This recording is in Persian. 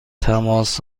تماس